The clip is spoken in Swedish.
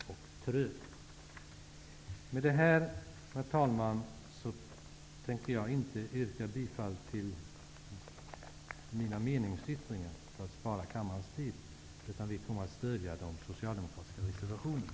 Herr talman! Jag tänker, för att spara kammarens tid, inte yrka bifall till mina meningsyttringar. Vi kommer att stödja de socialdemokratiska reservationerna.